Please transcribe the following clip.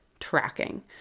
tracking